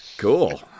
Cool